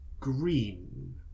Green